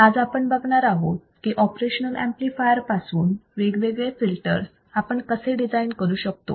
आज आपण बघणार आहोत की ऑपरेशनल ऍम्प्लिफायर पासून वेगवेगळे फिल्टर आपण कसे डिझाईन करू शकतो